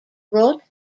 wrote